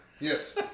Yes